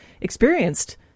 experienced